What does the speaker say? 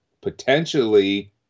potentially